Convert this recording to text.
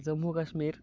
Jammu Kashmir